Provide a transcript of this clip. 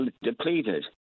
depleted